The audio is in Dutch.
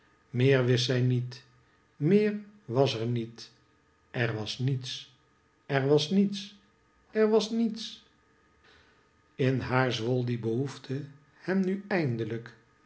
meer wist zij niet meer was er niet er was niets er was niets er was niets in haar zwol die behoefte hem nu eindelijk